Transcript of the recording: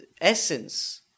essence